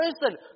listen